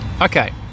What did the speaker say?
Okay